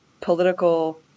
political